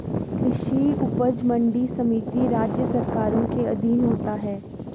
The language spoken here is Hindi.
कृषि उपज मंडी समिति राज्य सरकारों के अधीन होता है